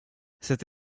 cette